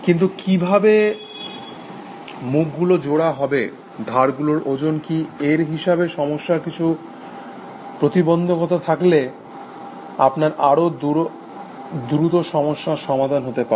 কিন্তু কিভাবে মুখগুলো জোড়া হবে ধারগুলোর ওজন কি এর হিসাবে সমস্যার কিছু প্রতিবন্ধকতা থাকলে আপনার আরো দ্রুত সমস্যার সমাধান হতে পারে